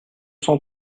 cent